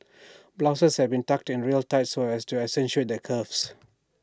blouses had been tucked in real tight so as to accentuate their curves